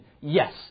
Yes